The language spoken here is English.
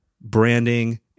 branding